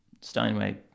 Steinway